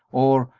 or,